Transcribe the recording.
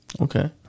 Okay